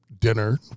dinner